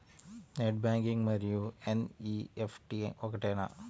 Net banking మరియు NEFT ఒకటేనా?